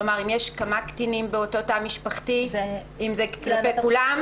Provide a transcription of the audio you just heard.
כלומר אם יש כמה קטינים באותו תא משפחתי אם זה כלפי כולם.